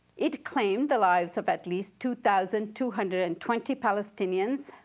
it claimed the lives of at least two thousand two hundred and twenty palestinians,